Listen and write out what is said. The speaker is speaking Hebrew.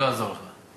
לא יעזור לך.